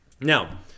Now